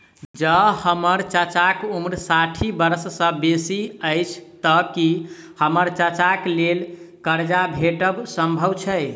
जँ हम्मर चाचाक उम्र साठि बरख सँ बेसी अछि तऽ की हम्मर चाचाक लेल करजा भेटब संभव छै?